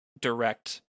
direct